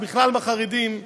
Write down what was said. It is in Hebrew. ובכלל החרדים,